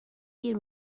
گیر